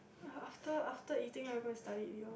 after after eating I am going to study already orh